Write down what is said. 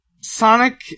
Sonic